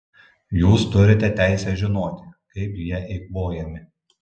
jūs turite teisę žinoti kaip jie eikvojami